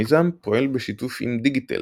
המיזם פועל בשיתוף עם דיגיתל,